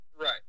right